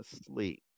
asleep